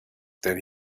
than